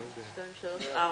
רוב הסתייגות לחלופין 10א'